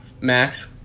Max